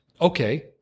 Okay